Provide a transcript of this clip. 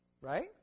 Right